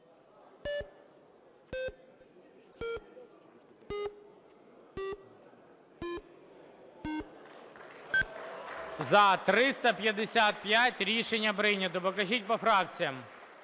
За-355 Рішення прийнято. Покажіть по фракціях.